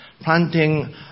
Planting